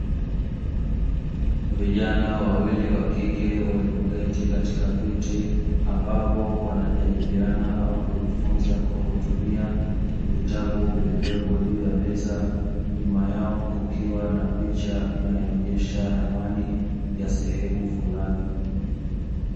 Vijana wawili wa kike walioketi katika viti, ambapo wanajadiliana au kujifunza kwa kutumia vitabu vilivyopo juu ya meza. Nyuma yao kukiwa na picha inayoonyesha ramani ya sehemu fulani.